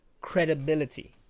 credibility